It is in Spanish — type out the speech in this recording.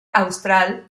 austral